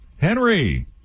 Henry